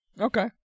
okay